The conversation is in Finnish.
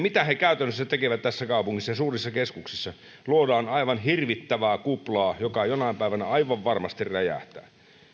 mitä he käytännössä tekevät tässä kaupungissa ja suurissa keskuksissa luodaan aivan hirvittävää kuplaa joka jonain päivänä aivan varmasti räjähtää